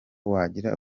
wagira